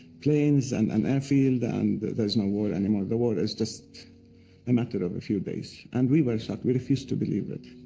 planes and and airfield, and there's no war anymore. the war is just a matter of a few days, and we were shocked, we refused to believe it.